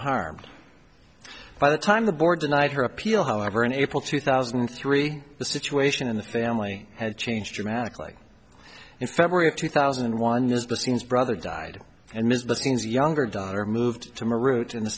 harmed by the time the board denied her appeal however in april two thousand and three the situation in the family had changed dramatically in february of two thousand and one years but seems brother died and missed the scenes younger daughter moved to marut in